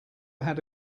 have